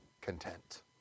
content